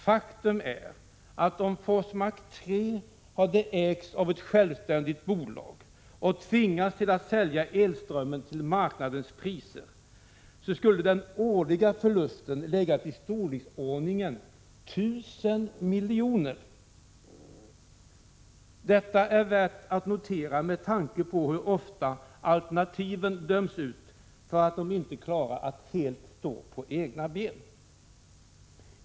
Faktum är att om Forsmark 3 hade ägts av ett självständigt bolag som tvingats att sälja elströmmen till marknadens priser, så skulle den årliga förlusten ha legat i storleksordningen 1 000 milj.kr. Detta kan vara värt att notera med tanke på hur ofta alternativen döms ut på grund av att de inte klarar att helt stå på egna ben.